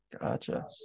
Gotcha